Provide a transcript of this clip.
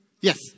Yes